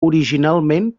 originalment